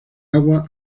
agua